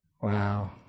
Wow